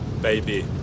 baby